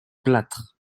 plâtre